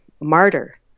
martyr